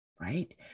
right